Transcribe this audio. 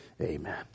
Amen